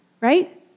right